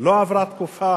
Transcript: לא עברה תקופה